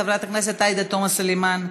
חברת הכנסת עאידה תומא סלימאן,